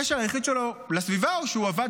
הקשר היחיד שלו לסביבה הוא שהוא עבד